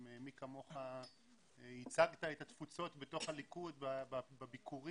מי כמוך ייצג את התפוצות בתוך הליכוד בביקורים